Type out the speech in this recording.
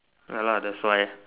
ya lah that's why